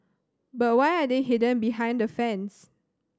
but why are they hidden behind a fence